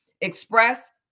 express